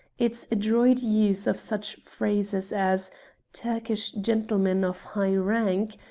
its adroit use of such phrases as turkish gentlemen of high rank,